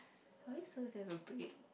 are we saw there is a break